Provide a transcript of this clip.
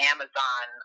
Amazon